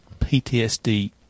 PTSD